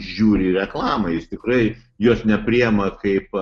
žiūri į reklamą jis tikrai jos nepriima kaip